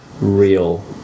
Real